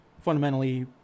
fundamentally